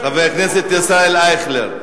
חבר הכנסת ישראל אייכלר.